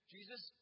Jesus